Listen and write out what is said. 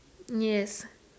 yes